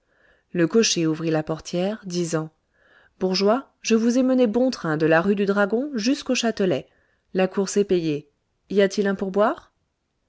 le cocher ouvrit la portière disant bourgeois je vous ai mené bon train de la rue du dragon jusqu'au châtelet la course est payée y a-t-il un pourboire